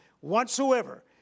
whatsoever